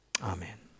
Amen